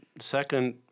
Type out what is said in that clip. second